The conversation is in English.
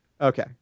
Okay